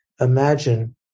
imagine